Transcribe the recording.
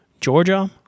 Georgia